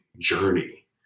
journey